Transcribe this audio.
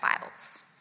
Bibles